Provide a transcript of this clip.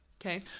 Okay